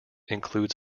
includes